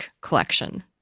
collection